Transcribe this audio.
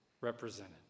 represented